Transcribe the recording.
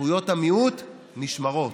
זכויות המיעוט נשמרות,